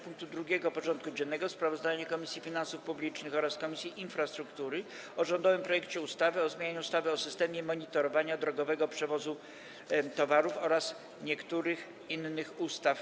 Powracamy do rozpatrzenia punktu 2. porządku dziennego: Sprawozdanie Komisji Finansów Publicznych oraz Komisji Infrastruktury o rządowym projekcie ustawy o zmianie ustawy o systemie monitorowania drogowego przewozu towarów oraz niektórych innych ustaw.